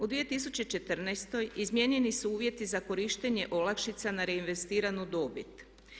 U 2014. izmijenjeni su uvjeti za korištenje olakšica na reinvestiranu dobit.